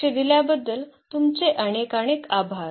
लक्ष दिल्याबद्दल तुमचे अनेकानेक आभार